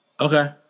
Okay